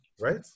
right